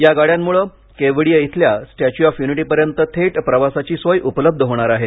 या गाड्यांमुळे केवडिया इथल्या स्टॅच्यू ऑफ युनिटीपर्यंत थेट प्रवासाची सोय उपलब्ध होणार आहे